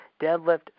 deadlift